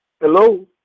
Hello